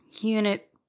unit